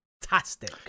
fantastic